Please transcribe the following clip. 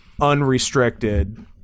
unrestricted